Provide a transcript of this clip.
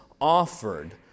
offered